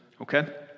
okay